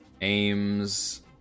aims